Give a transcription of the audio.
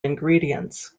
ingredients